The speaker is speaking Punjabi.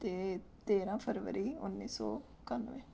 ਅਤੇ ਤੇਰਾਂ ਫਰਵਰੀ ਉੱਨੀ ਸੌ ਇਕੱਨਵੇਂ